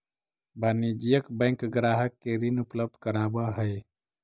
वाणिज्यिक बैंक ग्राहक के ऋण उपलब्ध करावऽ हइ